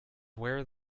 where